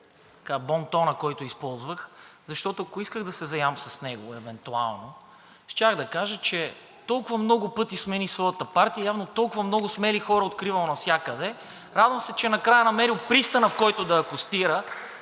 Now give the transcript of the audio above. бон тона, който използвах, защото, ако исках да се заям с него, евентуално, щях да кажа, че толкова много пъти смени своята партия, явно толкова много смели хора е откривал навсякъде, радвам се, че накрая е намерил пристанът, в който да акостира